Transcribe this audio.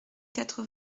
quatre